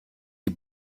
die